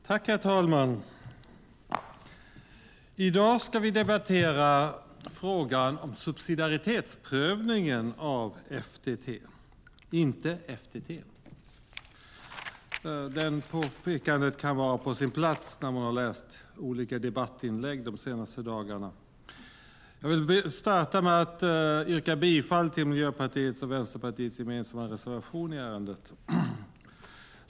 Herr talman! I dag ska vi debattera frågan om subsidiaritetsprövningen av FTT - inte FTT. Det påpekandet kan vara på sin plats efter att ha läst olika debattinlägg de senaste dagarna. Jag vill starta med att yrka bifall till Miljöpartiets och Vänsterpartiets gemensamma reservation i ärendet.